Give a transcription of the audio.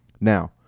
Now